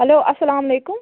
hello اسلام علیکُم